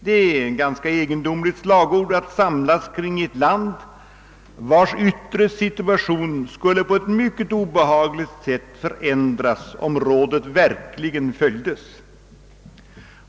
Det är ett ganska egendomligt slagord att samlas kring i ett land vars yttre situation skulle på ett mycket obehagligt sätt förändras om rådet verkligen följdes.